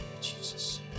Jesus